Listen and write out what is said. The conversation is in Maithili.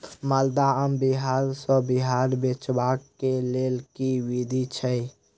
माल्दह आम बिहार सऽ बाहर बेचबाक केँ लेल केँ विधि छैय?